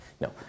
No